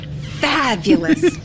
fabulous